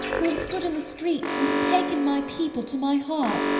who have stood in the streets, and taken my people to my heart,